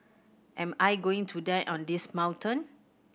am I going to die on this mountain